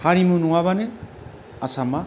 हारिमु नङाबानो आसामा